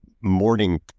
morning